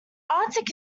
arctic